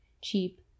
cheap